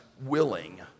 willing